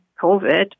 COVID